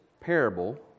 parable